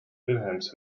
wilhelms